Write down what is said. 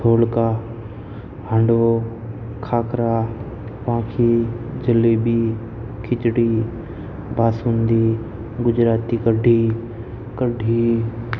ધોળકા હાંડવો ખાખરા પાંખી જલેબી ખિચડી બાસુંદી ગુજરાતી કઢી કઢી